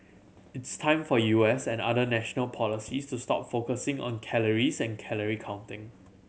it's time for U S and other national policies to stop focusing on calories and calorie counting